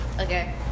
Okay